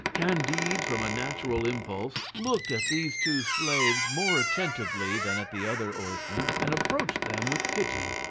candide, from a natural impulse, looked at these two slaves more attentively than at the other oarsmen, and approached them with pity.